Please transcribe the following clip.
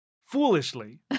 Foolishly